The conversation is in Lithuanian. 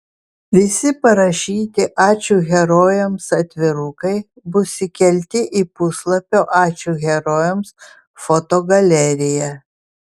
visi parašyti ačiū herojams atvirukai bus įkelti į puslapio ačiū herojams fotogaleriją